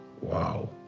Wow